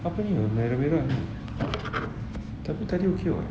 apa ni merah-merah tapi tadi okay [what]